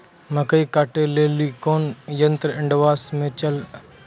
मकई कांटे ले ली कोनो यंत्र एडवांस मे अल छ?